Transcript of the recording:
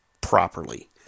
properly